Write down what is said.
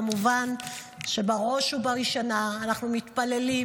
כמובן שבראש ובראשונה אנחנו מתפללים,